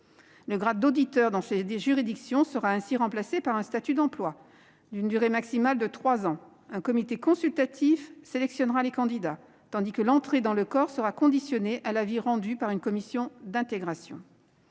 Le grade d'auditeur dans ces juridictions sera remplacé par un statut d'emploi d'une durée maximale de trois ans. Un comité consultatif sélectionnera les candidats, tandis que l'entrée dans le corps sera soumise à l'avis d'une commission d'intégration.